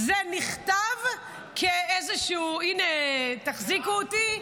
זה נכתב כאיזשהו "תחזיקו אותי".